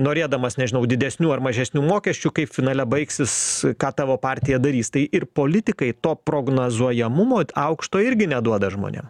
norėdamas nežinau didesnių ar mažesnių mokesčių kaip finale baigsis ką tavo partija darys tai ir politikai to prognazuojamumo aukšto irgi neduoda žmonėm